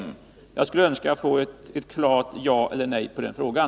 Jag skulle önska få ett klart ja eller nej på den frågan.